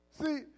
See